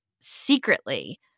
secretly